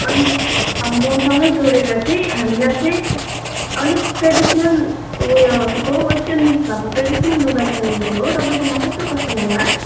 अनि मसँगै जोडेर चाहिँ हामीलाई चाहिँ अलिक ट्रेडिसनल उयो के पो वेस्टर्न मिक्स भएको ट्रेडिसनल लुगा चाहिएको थियो हो तपाईँकोमा कस्तो कस्तो होला